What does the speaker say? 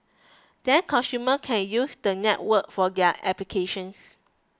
then consumer can use the network for their applications